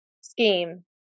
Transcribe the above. scheme